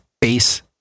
base